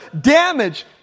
damage